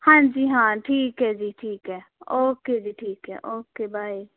ਹਾਂਜੀ ਹਾਂ ਠੀਕ ਹੈ ਜੀ ਠੀਕ ਹੈ ਓਕੇ ਜੀ ਠੀਕ ਹੈ ਓਕੇ ਬਾਏ